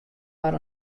mar